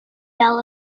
bell